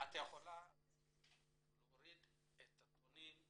את יכולה להוריד את הטון.